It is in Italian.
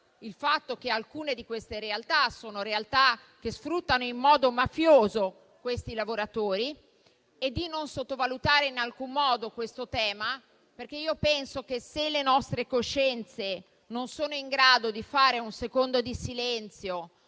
il fatto che alcune di queste realtà sono realtà che sfruttano in modo mafioso questi lavoratori. Chiedo di non sottovalutare in alcun modo questo tema, perché io penso che se le nostre coscienze non sono in grado di osservare un secondo di silenzio